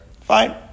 Fine